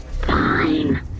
Fine